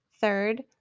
Third